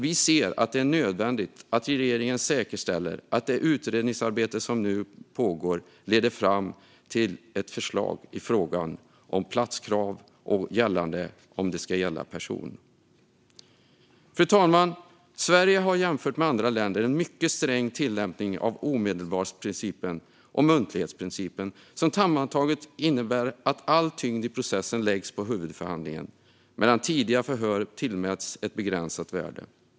Vi ser det dock som nödvändigt att regeringen säkerställer att det utredningsarbete som nu pågår även leder fram till ett förslag i fråga om platskravet och om det ska gälla person. Fru talman! Jämfört med andra länder har Sverige en mycket sträng tillämpning av omedelbarhetsprincipen och muntlighetsprincipen, som sammantaget innebär att all tyngd i processen läggs på huvudförhandlingen medan tidiga förhör tillmäts ett begränsat värde.